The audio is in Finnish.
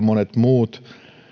monet muut